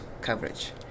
coverage